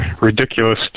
ridiculous